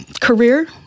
career